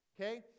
Okay